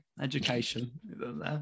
education